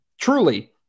Truly